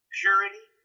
purity